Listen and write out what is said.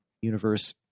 universe